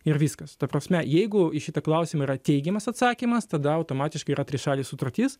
ir viskas ta prasme jeigu į šitą klausimą yra teigiamas atsakymas tada automatiškai yra trišalė sutartis